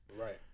Right